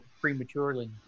prematurely